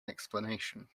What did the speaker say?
explanation